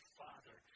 father